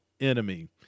enemy